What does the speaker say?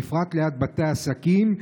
בפרט ליד בתי עסקים,